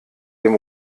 dem